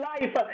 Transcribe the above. life